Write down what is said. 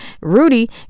Rudy